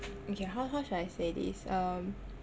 okay how how should I say this um